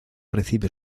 recibe